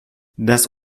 das